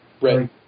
Right